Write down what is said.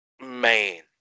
man